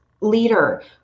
leader